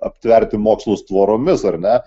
aptverti mokslus tvoromis ar ne